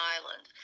Island